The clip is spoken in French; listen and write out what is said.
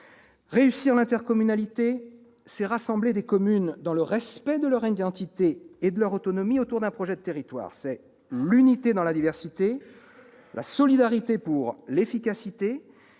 Réussir l'intercommunalité, c'est rassembler des communes clans le respect de leur identité et de leur autonomie autour d'un projet de territoire. C'est l'unité dans la diversité, la solidarité pour l'efficacité